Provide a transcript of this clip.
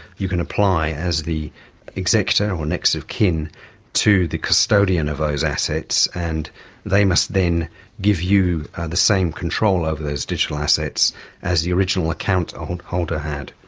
you can apply as the executor or next of kin to the custodian of those assets, and they must then give you the same control over those digital assets as the original account um holder had.